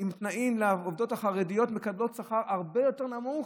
עובדות חרדיות מקבלות שכר הרבה יותר נמוך